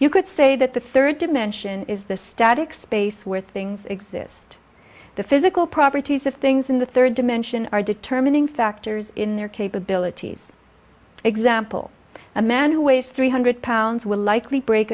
you could say that the third dimension is the static space where things exist the physical properties of things in the third dimension are determining factors in their capabilities example a man who weighs three hundred pounds will likely break